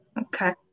Okay